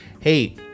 hey